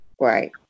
Right